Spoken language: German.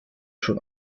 schon